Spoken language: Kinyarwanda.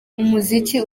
umuziki